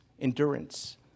endurance